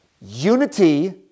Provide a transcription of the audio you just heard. unity